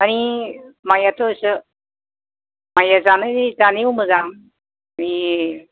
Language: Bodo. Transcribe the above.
माने माइयाथ' माइया जानायाव मोजां माने